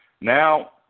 Now